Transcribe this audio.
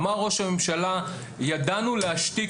אמר ראש הממשלה: ידענו להשתיק,